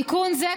תיקון זה,